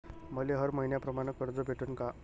मले हर मईन्याप्रमाणं कर्ज भेटन का?